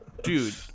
dude